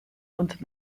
und